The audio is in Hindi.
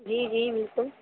जी जी बिल्कुल